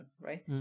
right